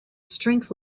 strength